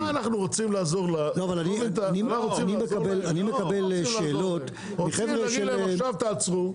אני מקבל שאלות מחבר'ה -- נגיד להם עכשיו תעצרו,